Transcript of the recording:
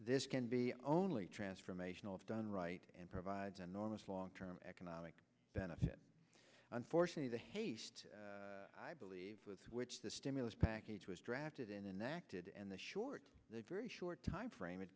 this can be only transformational if done right and provides enormous long term economic benefit unfortunately the haste i believe with which this stimulus package was drafted in enacted and the short the very short time frame it